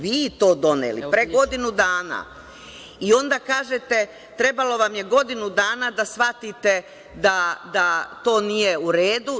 Vi ste to doneli, pre godinu dana i onda kažete – trebalo vam je godinu dana da shvatite da to nije u redu.